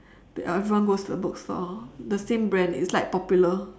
then everyone goes to the bookstore the same brand is like popular